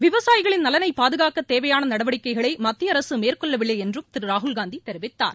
விவசாயிகளின் நலனை பாதுகாக்க தேவையான நடவடிக்கைகளை மத்திய மேற்கொள்ளவில்லை என்றும் திரு ராகுல்காந்தி தெரிவித்தார்